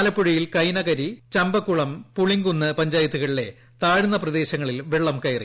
ആലപ്പുഴയിൽ കൈനകരി ചമ്പകുളം പുളിങ്കുന്ന് പഞ്ചായത്തുകളിലെ താഴ്ന്ന പ്രദേശങ്ങളിൽ വെളളം കയറി